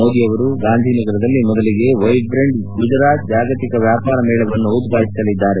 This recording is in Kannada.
ಮೋದಿ ಅವರು ಗಾಂಧಿನಗರದಲ್ಲಿ ಮೊದಲಿಗೆ ವೈಬ್ರೆಂಟ್ ಗುಜರಾತ್ ಜಾಗತಿಕ ವ್ಯಾಪಾರ ಮೇಳವನ್ನು ಉದ್ಘಾಟಿಸಲಿದ್ದಾರೆ